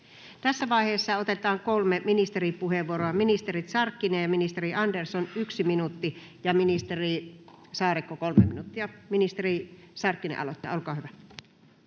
Tässä vaiheessa otetaan kolme ministeripuheenvuoroa: ministeri Sarkkinen ja ministeri Andersson, 1 minuutti, ja ministeri Saarikko, 3 minuuttia. — Ministeri Sarkkinen aloittaa, olkaa hyvä.